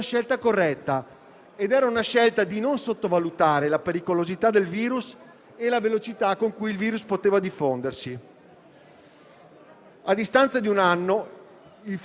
In questi giorni le evidenze scientifiche legate alla diffusione del virus e alle nuove varianti delineano un quadro ancora una volta preoccupante,